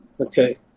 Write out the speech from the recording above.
Okay